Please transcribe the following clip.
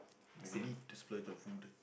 you need to splurge on food